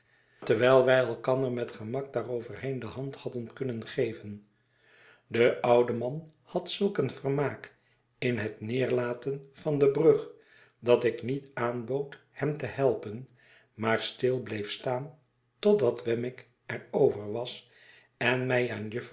terwijl wij elkander met gemak daaroverheen de hand hadden kunnen geven de oude man had zulk een vermaak in het neerlaten van de brug dat ik niet aanbood hem te helpen maar stil bleef staan totdat wemmick er over was en mij aan